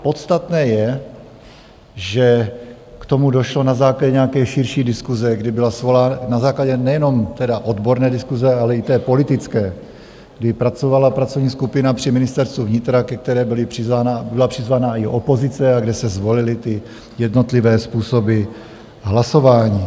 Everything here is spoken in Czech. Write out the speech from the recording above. Podstatné je, že k tomu došlo na základě nějaké širší diskuse, kdy byla svolána na základě nejenom tedy odborné diskuse, ale i té politické kdy pracovala pracovní skupina při Ministerstvu vnitra, ke které byla přizvána i opozice, kde se zvolily jednotlivé způsoby hlasování.